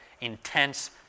intense